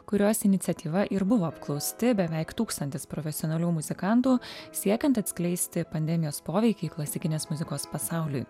kurios iniciatyva ir buvo apklausti beveik tūkstantis profesionalių muzikantų siekiant atskleisti pandemijos poveikį klasikinės muzikos pasauliui